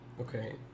Okay